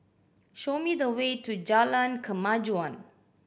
show me the way to Jalan Kemajuan